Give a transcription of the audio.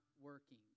working